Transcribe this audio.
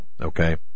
Okay